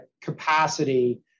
capacity